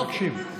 תקשיב,